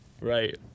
Right